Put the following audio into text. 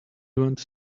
went